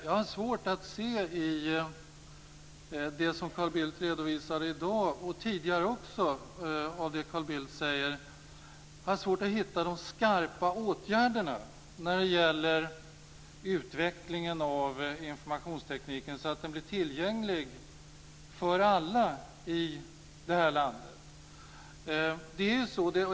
Jag har svårt att i det som Carl Bildt redovisat i dag och även i det som Carl Bildt tidigare sagt hitta några skarpa åtgärder vad gäller att se till att informationstekniken, IT, blir tillgänglig för alla i det här landet.